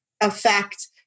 affect